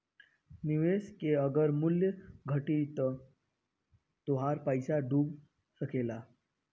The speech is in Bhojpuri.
निवेश के अगर मूल्य घटी त तोहार पईसा डूब सकेला